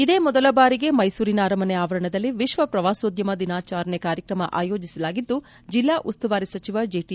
ಇದೇ ಮೊದಲ ಬಾರಿಗೆ ಮೈಸೂರಿನ ಅರಮನೆ ಆವರಣದಲ್ಲಿ ವಿಶ್ವ ಪ್ರವಾಸೋದ್ಯಮ ದಿನಾಚಾರಣೆ ಕಾರ್ಯಕ್ರಮ ಆಯೋಜಿಸಲಾಗಿದ್ದು ಜಿಲ್ಲಾ ಉಸ್ತುವಾರಿ ಸಚಿವ ಜಿಟಿ